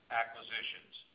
acquisitions